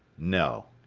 no.